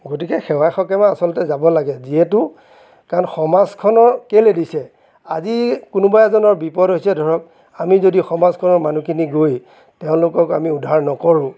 গতিকে সেৱাই সকামে আচলতে যাব লাগে যিহেতু কাৰণ সমাজখনক কেলৈ দিছে আজি কোনোবা এজনৰ বিপদ হৈছে ধৰক আমি যদি সমাজখনৰ মানুহখিনি গৈ তেওঁলোকক আমি উদ্ধাৰ নকৰোঁ